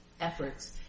efforts